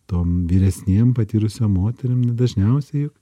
tom vyresnėm patyrusiom moterim dažniausiai